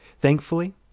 Thankfully